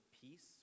peace